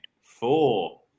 Four